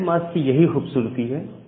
subnet mask की यही खूबसूरती है